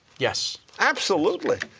yes. absolutely.